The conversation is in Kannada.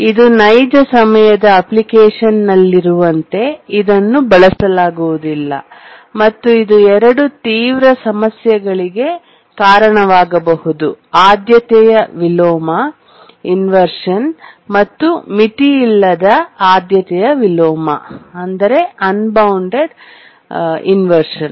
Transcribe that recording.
ಇದು ನೈಜ ಸಮಯದ ಅಪ್ಲಿಕೇಶನ್ನಲ್ಲಿರುವಂತೆ ಇದನ್ನು ಬಳಸಲಾಗುವುದಿಲ್ಲ ಮತ್ತು ಇದು ಎರಡು ತೀವ್ರ ಸಮಸ್ಯೆಗಳಿಗೆ ಕಾರಣವಾಗಬಹುದು ಆದ್ಯತೆಯ ವಿಲೋಮ ಇನ್ವರ್ಶನ್ ಮತ್ತು ಮಿತಿಯಿಲ್ಲದ ಅನ್ ಬೌಂಡೆಡ್ ಆದ್ಯತೆಯ ವಿಲೋಮ ಇನ್ವರ್ಶನ್